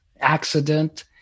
accident